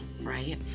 right